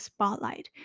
Spotlight